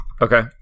Okay